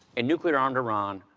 and nuclear-armed iran,